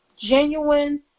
genuine